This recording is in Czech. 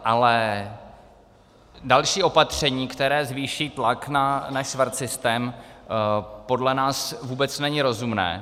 Ale další opatření, které zvýší tlak na švarcsystém, podle nás vůbec není rozumné.